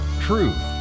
Truth